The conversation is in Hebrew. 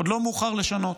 עוד לא מאוחר לשנות,